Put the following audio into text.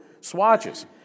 Swatches